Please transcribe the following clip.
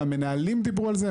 והמנהלים דיברו על זה,